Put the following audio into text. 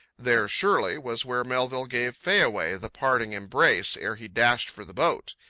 there, surely, was where melville gave fayaway the parting embrace ere he dashed for the boat.